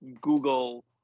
Google